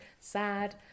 sad